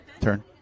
Turn